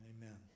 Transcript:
Amen